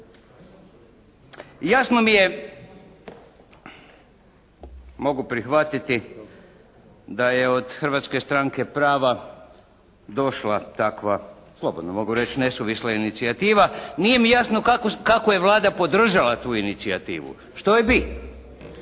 Jasno mi je mogu prihvatiti da je od Hrvatske stranke prava došla takva slobodno mogu reći, nesuvisla inicijativa. Nije mi jasno kako je Vlada podržala tu inicijativu, što joj bi.